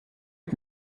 und